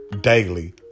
daily